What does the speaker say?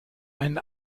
einen